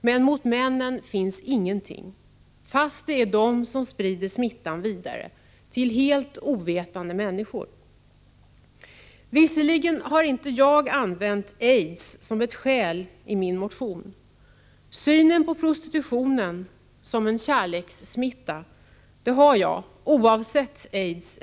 Men mot männen finns det inga lagliga möjligheter att göra något, fast det är männen som sprider smittan vidare till helt ovetande människor. Jag har inte använt aids som ett skäl i min motion. Synen på prostitutionen som en kärlekssmitta har jag, oavsett aids.